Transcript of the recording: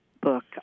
book